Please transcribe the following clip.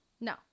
No